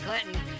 Clinton